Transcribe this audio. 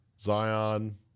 Zion